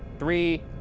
three,